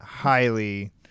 Highly